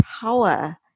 power